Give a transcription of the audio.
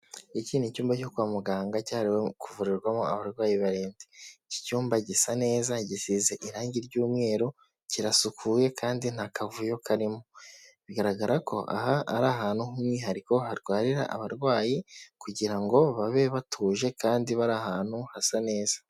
Iki ni icyumba cyo kwa muganga cyahariwe kuvurirwamo abarwayi barembye iki cyumba gisa neza gisize irangi ry'umweru kirasukuye kandi nta kavuyo karimo bigaragara ko aha ari ahantu h'umwihariko harwarira abarwayi kugira ngo babe batuje kandi bari ahantu hasa neza.